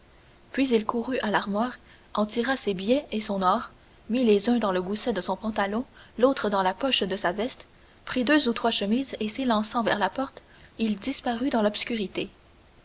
puis il courut à l'armoire en tira ses billets et son or mit les uns dans le gousset de son pantalon l'autre dans la poche de sa veste prit deux ou trois chemises et s'élançant vers la porte il disparut dans l'obscurité